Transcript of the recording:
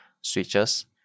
switches